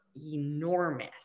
enormous